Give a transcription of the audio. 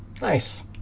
Nice